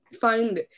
find